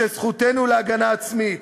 שזכותנו להגנה עצמית,